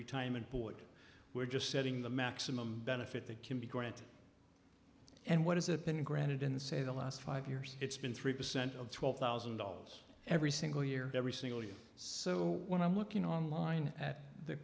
retirement board we're just setting the maximum benefit that can be granted and what is it been granted in say the last five years it's been three percent of twelve thousand dollars every single year every single year so when i'm looking online at the